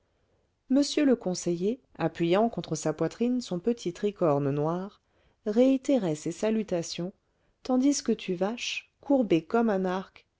m le conseiller appuyant contre sa poitrine son petit tricorne noir réitérait ses salutations tandis que tuvache courbé comme un arc